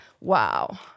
Wow